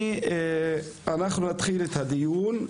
אנחנו נתחיל את הדיון.